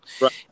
Right